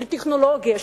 של טכנולוגיה,